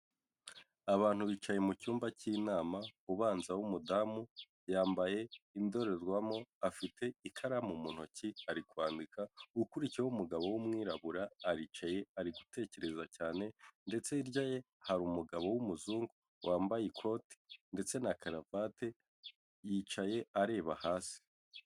Abantu bicaye mu cyumba cy'inama, ubanza w'umudamu yambaye indorerwamo, afite ikaramu mu ntoki ari kwandika, ukurikiyeho w'umugabo w'umwirabura aricaye ari gutekereza cyane ndetse hirya ye hari umugabo w'umuzungu wambaye ikote ndetse na karavate yicaye areba hasi.